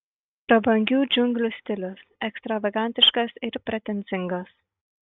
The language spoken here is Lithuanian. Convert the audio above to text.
prabangių džiunglių stilius ekstravagantiškas ir pretenzingas